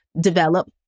develop